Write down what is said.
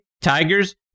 Tigers